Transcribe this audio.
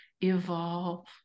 evolve